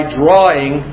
drawing